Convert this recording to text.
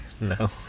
No